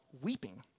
weeping